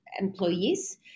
employees